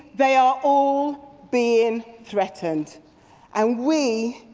they are all being threatened and we,